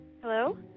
Hello